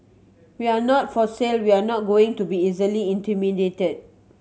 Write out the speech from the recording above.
we're not for sale we're not going to be easily intimidated